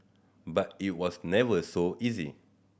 but it was never so easy